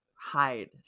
Hide